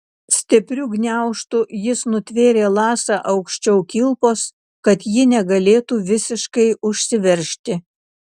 stipriu gniaužtu jis nutvėrė lasą aukščiau kilpos kad ji negalėtų visiškai užsiveržti